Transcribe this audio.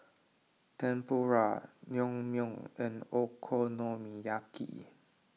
Tempura Naengmyeon and Okonomiyaki